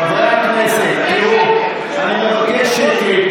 חברי הכנסת, תראו, אני מבקש שקט.